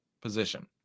position